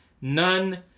None